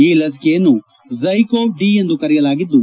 ಈ ಲಸಿಕೆಯನ್ನು ರಝ್ಲಿಕೋವ್ ಡಿ ಎಂದು ಕರೆಯಲಾಗಿದ್ದು